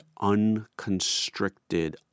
unconstricted